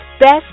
Best